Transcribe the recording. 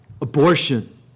abortion